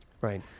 Right